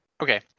Okay